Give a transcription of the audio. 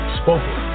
spoken